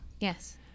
Yes